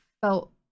felt